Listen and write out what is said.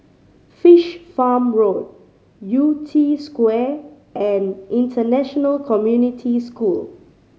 Fish Farm Road Yew Tee Square and International Community School